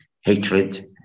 hatred